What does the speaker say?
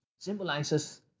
symbolizes